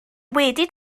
wedi